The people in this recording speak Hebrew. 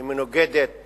היא מנוגדת